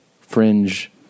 fringe